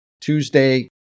Tuesday